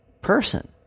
person